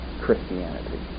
Christianity